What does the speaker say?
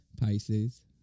Pisces